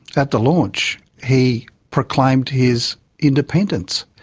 at the launch he proclaimed his independence.